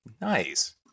Nice